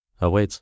awaits